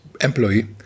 employee